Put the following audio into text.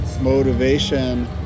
motivation